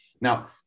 now